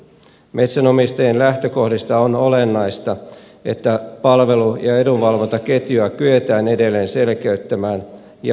metsänomistajien lähtökohdista on olennaista että palvelu ja edunvalvontaketjua kyetään edelleen selkeyttämään ja vahvistamaan